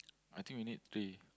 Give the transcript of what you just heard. I think we need three